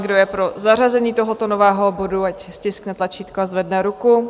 Kdo je pro zařazení tohoto nového bodu, ať stiskne tlačítko a zvedne ruku.